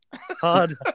Hard